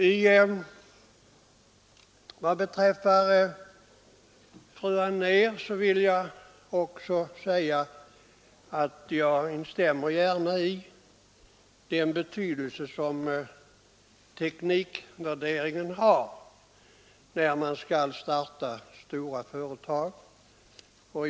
Till fru Anér vill jag säga att jag gärna instämmer i hennes uttalande om den betydelse teknikvärderingen har när man skall starta stora företag.